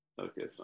Okay